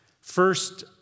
First